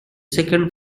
second